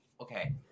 okay